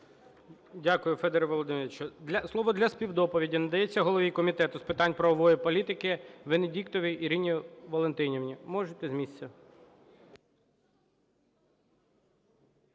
Дякую, Федір Володимирович. Слово для співдоповіді надається голові Комітету з питань правової політики Венедіктовій Ірині Валентинівні, можете з місця.